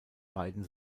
beiden